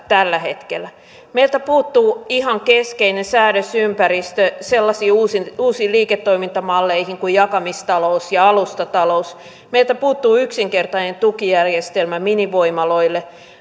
tällä hetkellä meiltä puuttuu ihan keskeinen säädösympäristö sellaisiin uusiin uusiin liiketoimintamalleihin kuin jakamistalous ja alustatalous meiltä puuttuu yksinkertainen tukijärjestelmä minivoimaloille